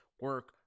Work